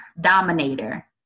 dominator